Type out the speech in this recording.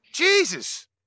Jesus